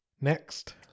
Next